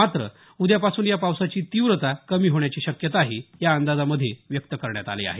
मात्र उद्यापासून या पावसाची तीव्रता कमी होण्याची शक्यताही या अंदाजामध्ये व्यक्त करण्यात आली आहे